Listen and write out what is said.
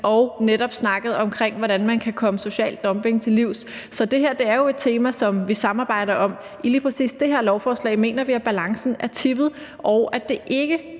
og netop snakket om, hvordan man kan komme social dumping til livs. Så det her er jo et tema, som vi samarbejder om. I lige præcis det her lovforslag mener vi balancen er tippet, og at man ikke